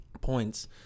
points